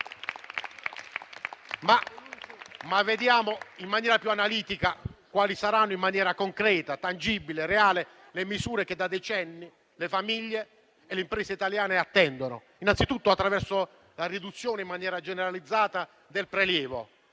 Vediamo però analiticamente quali saranno in maniera concreta, tangibile e reale le misure che da decenni le famiglie e le imprese italiane attendono innanzitutto attraverso la riduzione in maniera generalizzata del prelievo